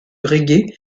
reggae